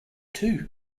too